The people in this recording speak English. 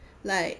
like